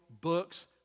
books